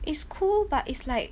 it's cool but it's like